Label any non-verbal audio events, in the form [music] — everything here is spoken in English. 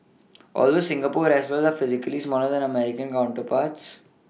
[noise] although Singapore wrestlers are physically smaller than their American counterparts